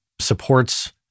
supports